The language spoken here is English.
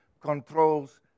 controls